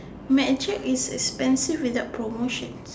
mad Jack is expensive without promotion